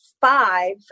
five